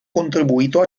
contribuito